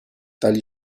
tali